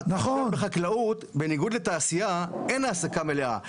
בחקלאות, בניגוד לתעשייה, אין העסקה מלאה.